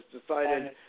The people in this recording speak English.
decided